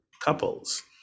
couples